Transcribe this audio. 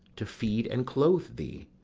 to feed and clothe thee?